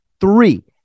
Three